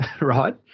right